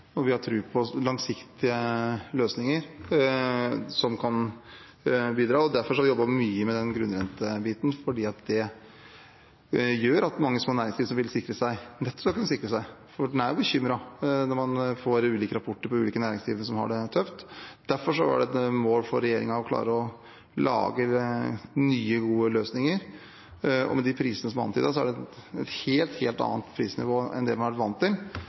mye med den grunnrentebiten; den gjør at mange små næringsdrivende som vil sikre seg, nettopp kan sikre seg. For man blir bekymret når man får ulike rapporter om næringsdrivende som har det tøft. Derfor var det et mål for regjeringen å klare å lage nye, gode løsninger. Med de prisene som er antydet, er det et helt annet prisnivå enn det man har vært vant